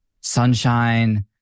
sunshine